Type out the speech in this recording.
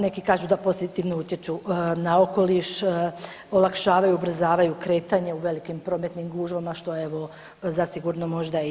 Neki kažu da pozitivno utječu na okoliš, olakšavaju i ubrzavaju kretanje u velikim prometnim gužvama, što evo, zasigurno možda i je.